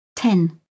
Ten